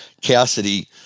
Cassidy